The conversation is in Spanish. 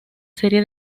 serie